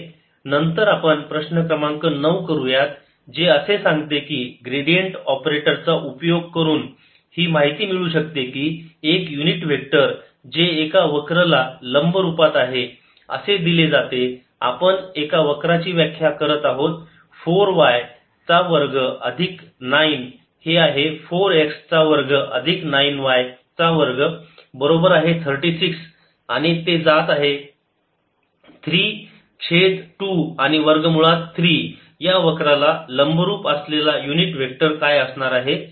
Vxyzz 2x2 3y2 V1211 2 12 13 2x23y2 z13 नंतर आपण प्रश्न क्रमांक 9 करूयात जे असे सांगते की ग्रेडियंट ऑपरेटर चा उपयोग करून ही माहिती मिळू शकते की एक युनिट वेक्टर जे एका वक्र ला लंब रूपात आहे असे दिले जाते आपण एक वक्राची व्याख्या करत आहोत 4 y चा वर्ग अधिक 9 हे आहे 4 x चा वर्ग अधिक 9 y चा वर्ग बरोबर आहे 36 आणि ते जात आहे 3 छेद 2 आणि वर्ग मुळात 3 या वक्राला लंबरूप असलेला युनिट वेक्टर काय असणार आहे